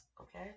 okay